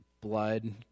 blood